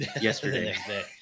yesterday